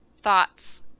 thoughts